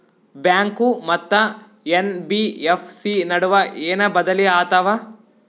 Bank ಮತ್ತ NBFC ನಡುವ ಏನ ಬದಲಿ ಆತವ?